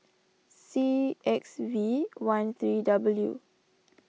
C X V one three W